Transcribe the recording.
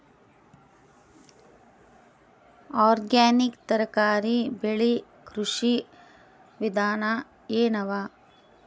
Organic ತರಕಾರಿ ಬೆಳಿ ಕೃಷಿ ವಿಧಾನ ಎನವ?